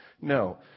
No